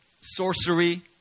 sorcery